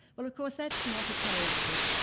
well of course that's not a coincidence.